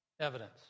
evidence